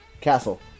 castle